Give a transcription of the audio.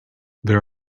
there